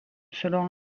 selon